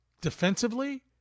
defensively